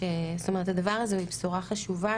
הדבר הזה הוא בשורה חשובה,